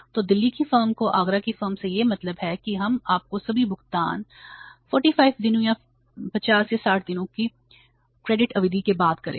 तो दिल्ली की फर्म को आगरा की फर्म से यह मतलब है कि हम आपके सभी भुगतान 45 दिनों या 50 या 60 दिनों की क्रेडिट अवधि के बाद करेंगे